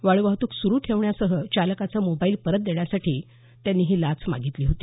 वाळू वाहतूक सुरू ठेवण्यासह चालकाचा मोबाईल परत देण्यासाठी त्यांनी ही लाच मागितली होती